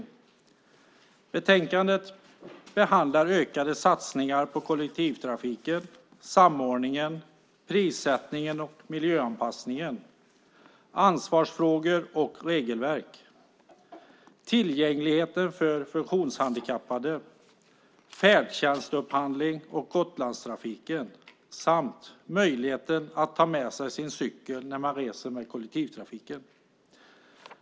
I betänkandet behandlas ökade satsningar på kollektivtrafiken, samordningen, prissättning och miljöanpassning, ansvarsfrågor och regelverk, tillgängligheten för funktionshindrade, färdtjänstupphandling och Gotlandstrafiken samt möjligheten att ta med sig sin cykel när man reser med kollektivtrafiken.